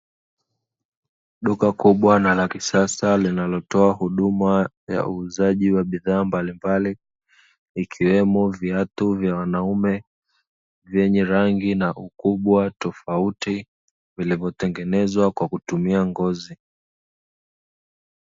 Duka kubwa na la kisasa linalotoa huduma ya uuzaji mbalimbali, ikiwemo viatu vya wanaume vyenye rangi na ukubwa tofauti vilivyotengenezwa kwa kutumia ngozi.